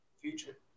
Future